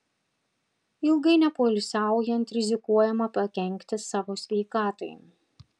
ilgai nepoilsiaujant rizikuojama pakenkti savo sveikatai